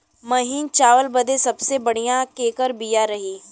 महीन चावल बदे सबसे बढ़िया केकर बिया रही?